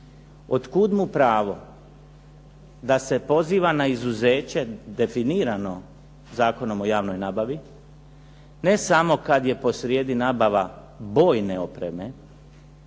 Od kuda mu pravo da se poziva na izuzeće definirano Zakonom o javnoj nabavi, ne samo kada je posrijedi nabava bojne opreme,